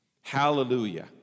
Hallelujah